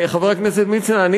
חבר הכנסת מצנע,